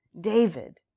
David